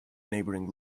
neighboring